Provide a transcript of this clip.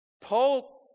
Paul